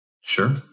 Sure